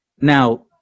now